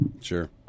Sure